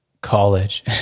college